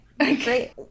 Great